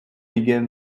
begin